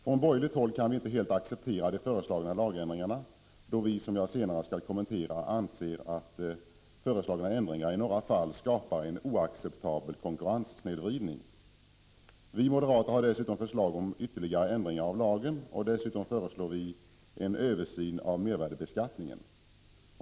Från borgerligt håll kan vi inte helt acceptera de föreslagna lagändringarna då vi, som jag senare skall kommentera, anser att föreslagna ändringar i några fall skapar en oacceptabel konkurrenssnedvridning. Vi moderater har dessutom förslag om ytterligare ändringar av lagen, och dessutom föreslår vi en översyn av mervärdebeskattningen.